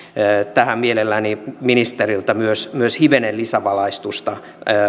tähän mielelläni ministeriltä myös myös hivenen lisävalaistusta